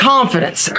Confidence